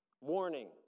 warning